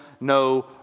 no